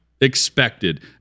expected